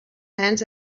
hands